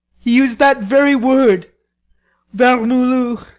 he used that very word vermoulu.